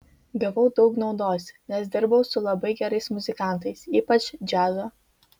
gavau daug naudos nes dirbau su labai gerais muzikantais ypač džiazo